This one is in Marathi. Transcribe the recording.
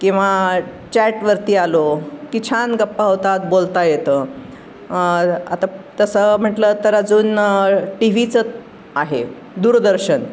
किंवा चॅटवरती आलो की छान गप्पा होतात बोलता येतंआता तसं म्हटलं तर अजून टी व्हीचं आहे दूरदर्शन